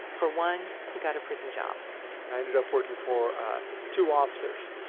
for one, he got a prison job i ended up working for two officers.